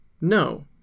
No